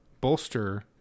bolster